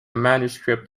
manuscript